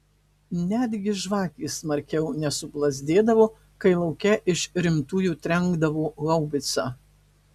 netgi žvakės smarkiau nesuplazdėdavo kai lauke iš rimtųjų trenkdavo haubica